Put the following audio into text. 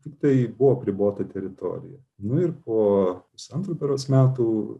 tiktai buvo apribota teritorija nu ir po pusantrų berods metų